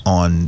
on